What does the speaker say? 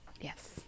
Yes